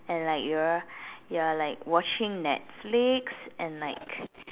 and like you're you're like watching Netflix and like